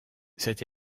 cette